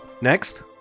next